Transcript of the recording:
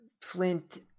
Flint